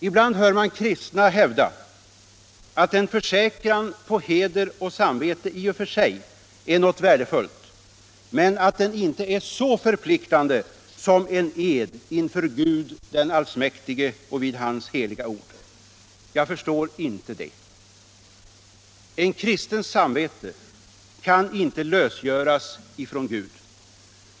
Ibland hör man kristna hävda att en försäkran på heder och samvete i och för sig är något värdefullt men att den inte är så förpliktande som en ed ”inför Gud den allsmäktige och vid hans heliga ord”. Jag förstår inte det. En kristens samvete kan inte lösgöras från Gud.